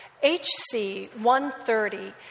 HC-130